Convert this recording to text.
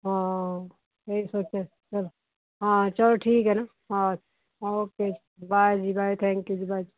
ਹਾਂ ਇਹ ਸੋਚਿਆ ਹਾਂ ਚਲੋ ਠੀਕ ਹੈ ਨਾ ਹਾਂ ਓਕੇ ਬਾਏ ਜੀ ਬਾਏ ਥੈਂਕ ਯੂ ਜੀ ਭਾਜੀ